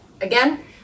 again